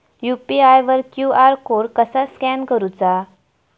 UPI वर QR code कसा scan करूचा?